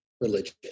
religion